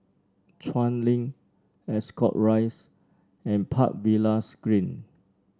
Chuan Link Ascot Rise and Park Villas Green